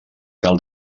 cal